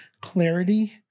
clarity